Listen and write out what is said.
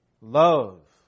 Love